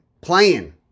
playing